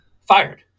fired